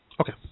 Okay